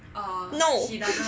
no